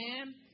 Amen